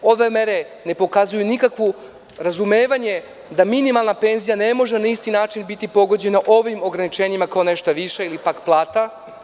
Ove mere ne pokazuju nikakvo razumevanje da minimalna penzija ne može na isti način biti pogođena ovim ograničenjima kao nešto viša ili pak plata.